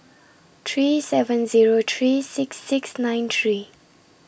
three seven Zero three six six nine three